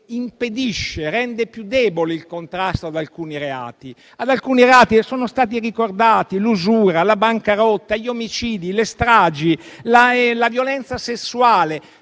che impedisce e rende più debole il contrasto ad alcuni reati? Parliamo di reati - è stato ricordato - come l'usura, la bancarotta, gli omicidi, le stragi, la violenza sessuale,